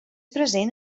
present